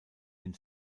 den